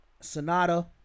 Sonata